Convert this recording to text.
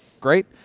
great